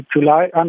July